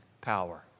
power